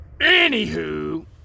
anywho